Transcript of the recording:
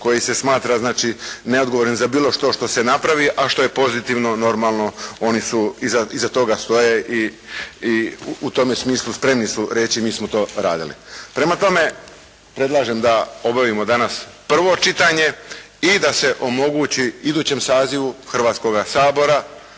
koji se smatra znači neodgovornim za bilo što što se napravi, a što je pozitivno normalno, oni iza toga stoje i u tom smislu spremni su reći mi smo to radili. Prema tome, predlažem da obavimo danas prvo čitanje i da se omogući idućem sazivu Hrvatskoga sabora